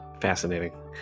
Fascinating